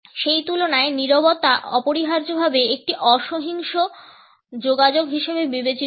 সেই তুলনায় নীরবতা অপরিহার্যভাবে একটি অহিংস যোগাযোগ হিসাবে বিবেচিত হয়